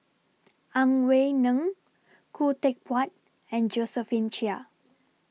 Ang Wei Neng Khoo Teck Puat and Josephine Chia